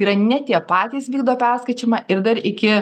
yra ne tie patys vykdo perskaičiavimą ir dar iki